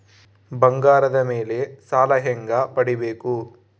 ಬಂಗಾರದ ಮೇಲೆ ಸಾಲ ಹೆಂಗ ಪಡಿಬೇಕು?